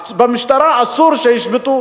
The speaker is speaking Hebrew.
במשטרה אסור לשבות,